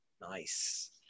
Nice